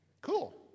cool